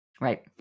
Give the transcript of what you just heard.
Right